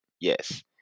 Yes